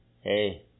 hey